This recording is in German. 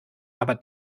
aber